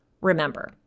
Remember